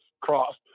cross